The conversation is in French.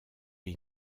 est